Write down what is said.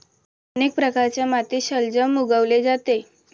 अनेक प्रकारच्या मातीत शलजम उगवले जाते